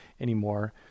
anymore